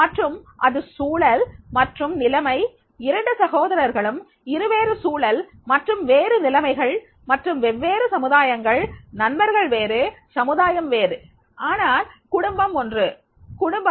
மற்றும் அது சூழல் மற்றும் நிலைமை இரண்டு சகோதரர்களும் இருவேறு சூழல் மற்றும் வேறு நிலைமைகள் மற்றும் வெவ்வேறு சமுதாயங்கள் நண்பர்கள் வேறு சமுதாயம் வேறு ஆனால் குடும்பம் ஒன்று குடும்பம்